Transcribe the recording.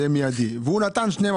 כן.